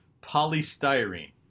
polystyrene